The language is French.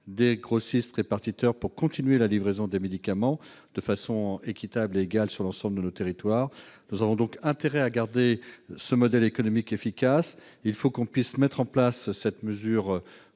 des grossistes-répartiteurs : il importe de continuer la livraison de médicaments de façon équitable sur l'ensemble de nos territoires. Nous avons donc intérêt à garder ce modèle économique efficace. Il est par conséquent essentiel de mettre en place cette mesure